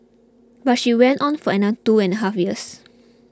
but she went on for another two and half years